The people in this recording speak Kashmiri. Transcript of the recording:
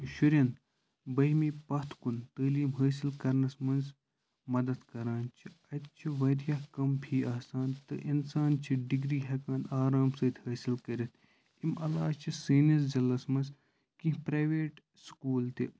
شُرؠن باہمہِ پَتھ کُن تعلِیٖم حٲصِل کَرنَس منٛز مدد کران چھِ اَتہِ چھُ واریاہ کَم فِی آسان تہٕ اِنسان چھِ ڈِگرِی ہیٚکان آرام سۭتۍ حٲصِل کٔرِتھ امہِ علاوٕ چھِ سٲنِس ضلَعس منٛز کِینٛہہ پریوِیٹ سکول تہِ